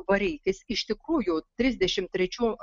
vareikis iš tikrųjų trisdešimt trečių